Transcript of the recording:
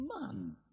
man